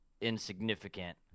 insignificant